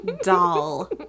doll